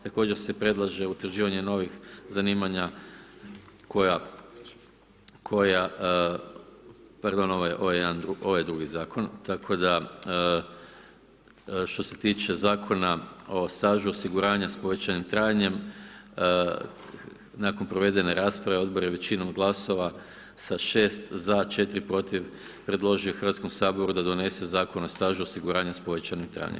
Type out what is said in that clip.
Također se predlaže utvrđivanje novih zanimanja koja, pardon, ovo je drugi Zakon, tako da što se tiče Zakona o stažu osiguranja s povećanim trajanjem, nakon provedene rasprave, odbor je većinom glasova sa 6 za 4 protiv predložio Hrvatskom saboru da donese Zakon o stažu osiguranja s povećanim trajanjem.